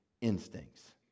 instincts